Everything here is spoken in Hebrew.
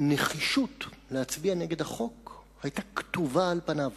הנחישות להצביע נגד החוק היתה כתובה על פניו